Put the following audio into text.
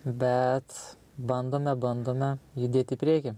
bet bandome bandome judėti į priekį